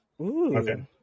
Okay